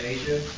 Asia